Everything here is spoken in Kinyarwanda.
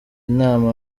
nama